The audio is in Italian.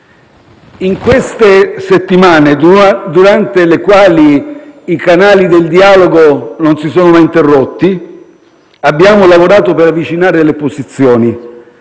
In queste settimane, durante le quali i canali del dialogo non si sono mai interrotti, abbiamo lavorato per avvicinare le posizioni,